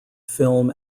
film